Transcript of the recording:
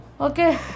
Okay